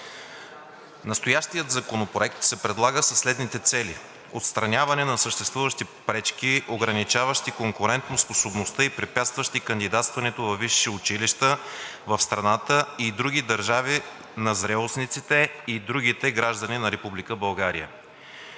Настоящият законопроект се предлага със следните цели. Първо, отстраняването на съществуващи пречки, ограничаващи конкурентоспособността и препятстващи кандидатстването във висши училища в страната и други държави на зрелостниците и другите граждани на